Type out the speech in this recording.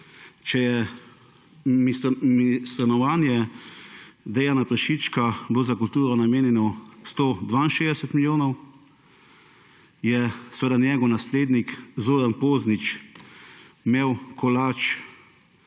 času ministrovanja Dejana Prešička bilo za kulturo namenjenih 162 milijonov, je njegov naslednik Zoran Poznič imel kolač,